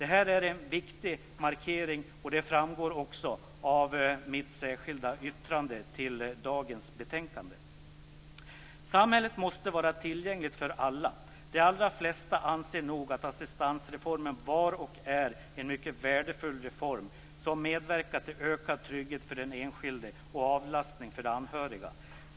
Detta är en viktig markering, och det framgår också av mitt särskilda yttrande till dagens betänkande. Samhället måste vara tillgängligt för alla.